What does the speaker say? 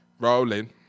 rolling